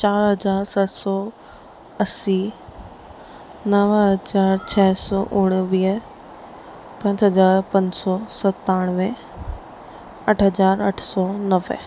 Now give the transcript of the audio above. चार हज़ार सत सौ असी नव हज़ार छह सौ उणिवीह पंज हज़ार पंज सौ सतानवें अठ हज़ार अठ सौ नवें